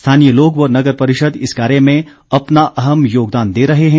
स्थानीय लोग व नगर परिषद इस कार्य में अपना अहम योगदान दे रहे हैं